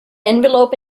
envelope